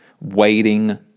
waiting